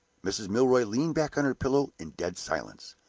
mrs. milroy leaned back on her pillow in dead silence.